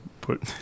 put